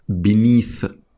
beneath